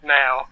now